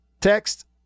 Text